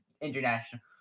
international